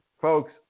folks